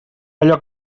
allò